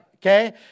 Okay